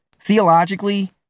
Theologically